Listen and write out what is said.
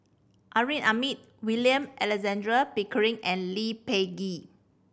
Amrin Amin William Alexander Pickering and Lee Peh Gee